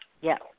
Yes